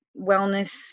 wellness